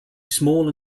small